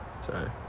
Sorry